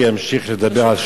ראוי לדבר על הנושא.